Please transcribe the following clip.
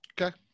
Okay